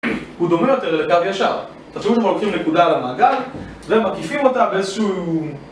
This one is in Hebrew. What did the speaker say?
הוא דומה יותר לקו ישר, תחשבו שאתם כבר לוקחים נקודה על המעגל ומקיפים אותה באיזשהו...